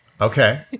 Okay